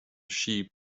sheep